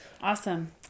Awesome